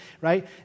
right